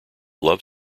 love